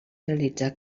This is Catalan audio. realitza